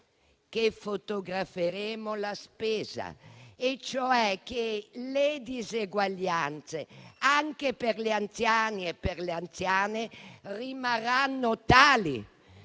che fotograferemo la spesa e cioè che le diseguaglianze, anche per le anziane e per gli anziani, rimarranno tali.